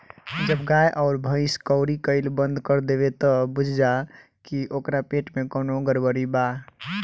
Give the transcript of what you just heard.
जब गाय अउर भइस कउरी कईल बंद कर देवे त बुझ जा की ओकरा पेट में कवनो गड़बड़ी बा